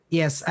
yes